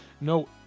No